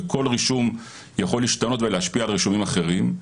וכל רישום יכול להשתנות ולהשפיע על רישומים אחרים.